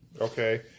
Okay